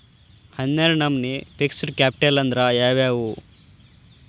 ಹನ್ನೆರ್ಡ್ ನಮ್ನಿ fixed capital ಅಂದ್ರ ಯಾವವ್ಯಾವು?